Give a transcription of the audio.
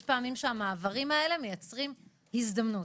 יש פעמים שהמעברים הללו מייצרים הזדמנות.